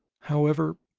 however,